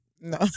no